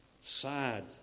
sad